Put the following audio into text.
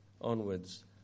onwards